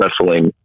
Wrestling